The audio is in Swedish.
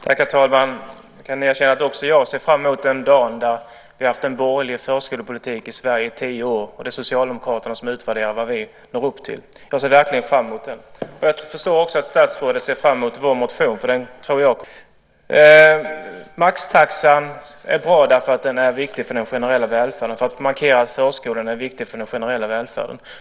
Herr talman! Jag kan erkänna att också jag ser fram emot den dagen då vi har haft en borgerlig förskolepolitik i Sverige i tio år och det är Socialdemokraterna som utvärderar vad vi når upp till. Jag ser verkligen fram emot det. Jag förstår också att statsrådet ser fram emot vår motion. Den tror jag kommer att innehålla en hel del saker som också statsrådet egentligen tycker är bra. Maxtaxan är bra för att markera att förskolan är viktig för den generella välfärden.